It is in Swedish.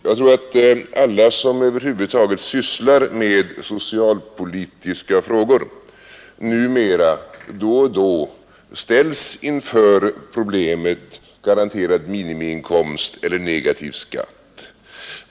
Jag tror att alla som sysslar med socialpolitiska frågor i dag då och då ställs inför problemet: garanterad minimiinkomst eller negativ skatt?